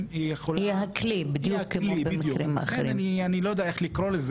וגם אנחנו מנחים ומלמדים את זה בקורסים שלנו.